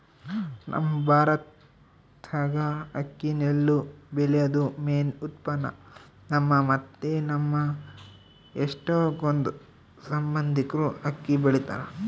ನಮ್ ಭಾರತ್ದಾಗ ಅಕ್ಕಿ ನೆಲ್ಲು ಬೆಳ್ಯೇದು ಮೇನ್ ಉತ್ಪನ್ನ, ನಮ್ಮ ಮತ್ತೆ ನಮ್ ಎಷ್ಟಕೊಂದ್ ಸಂಬಂದಿಕ್ರು ಅಕ್ಕಿ ಬೆಳಿತಾರ